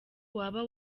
waba